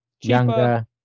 younger